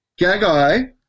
Gagai